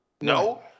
No